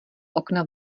okna